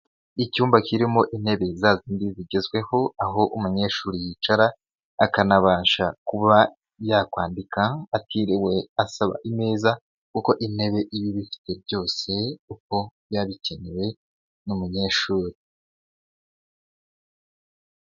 Icyumba kirimo intebe za zindi zigezweho, aho umunyeshuri yicara, akanabasha kuba yakwandika atiriwe asaba imeza kuko intebe iba ibifite byose, uko biba bikenewe n'umunyeshuri.